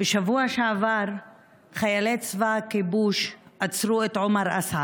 בשבוע שעבר חיילי צבא הכיבוש עצרו את עומר אסעד,